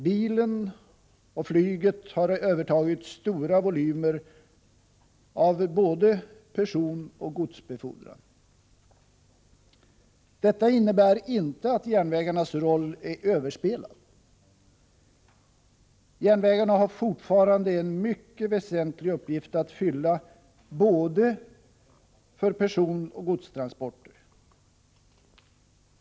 Bilen och flyget har övertagit stora volymer av både personoch godsbefordran. Detta innebär inte att järnvägarnas roll är överspelad. Järnvägarna har fortfarande en mycket väsentlig uppgift att fylla för både personoch godstransporter.